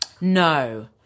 no